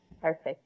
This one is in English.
Perfect